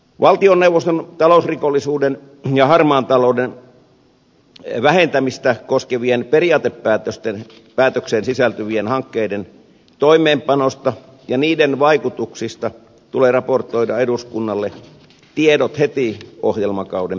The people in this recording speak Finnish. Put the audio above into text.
valtioneuvoston talousrikollisuuden ja harmaan talouden vähentämistä koskevien periaatepäätökseen sisältyvien hankkeiden toimeenpanosta ja niiden vaikutuksista tulee raportoida eduskunnalle tiedot heti ohjelmakauden päätyttyä